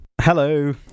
Hello